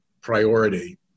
priority